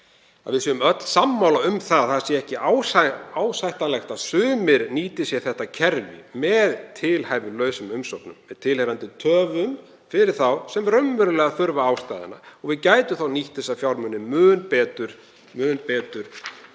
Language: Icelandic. við séum öll sammála um að það sé ekki ásættanlegt að sumir nýti sér þetta kerfi með tilhæfulausum umsóknum með tilheyrandi töfum fyrir þá sem raunverulega þurfa aðstoðina. Við gætum nýtt þá fjármuni mun betur þar sem